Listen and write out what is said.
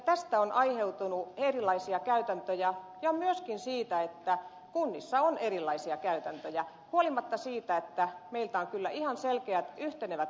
tästä on aiheutunut erilaisia käytäntöjä ja myöskin siitä että kunnissa on erilaisia käytäntöjä huolimatta siitä että meiltä on kyllä ihan selkeät yhtenevät